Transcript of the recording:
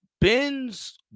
Ben's